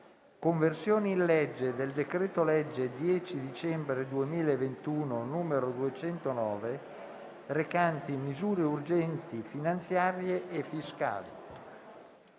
«Conversione in legge del decreto-legge 10 dicembre 2021, n. 209, recante misure urgenti finanziarie e fiscali»